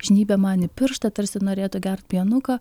žnybia man į pirštą tarsi norėtų gert pienuką